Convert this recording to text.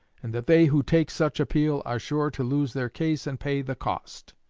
and that they who take such appeal are sure to lose their case and pay the cost.